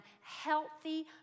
healthy